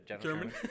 German